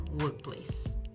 workplace